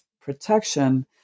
protection